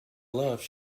gloves